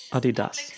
Adidas